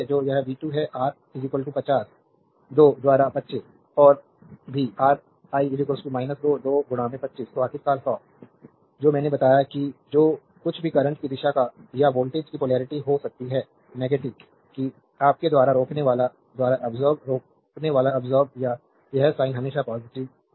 तो यह v2 है R 50 2 द्वारा 25 और भी R i 2 2 25 तो आखिरकार 100 जो मैंने बताया कि जो कुछ भी करंट की दिशा या वोल्टेज की पोलेरिटी हो सकती है कि आपके द्वारा रोकनेवाला द्वारा अब्सोर्बेद रोकनेवाला अब्सोर्बेद यह साइन हमेशा पॉजिटिव होगा है ना